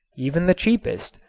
even the cheapest,